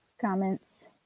comments